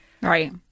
Right